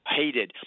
hated